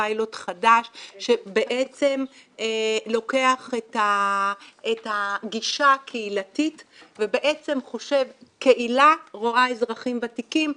פיילוט חדש שלוקח את הגישה הקהילתית וחושב קהילה רואה אזרחים ותיקים,